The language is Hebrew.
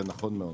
זה נכון מאוד.